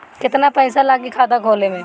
केतना पइसा लागी खाता खोले में?